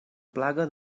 plaga